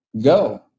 Go